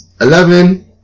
Eleven